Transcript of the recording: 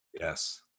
Yes